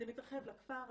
זה מתרחב לכפר,